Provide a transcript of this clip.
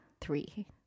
three